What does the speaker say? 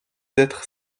d’être